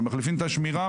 הם מחליפים את השמירה,